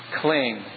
cling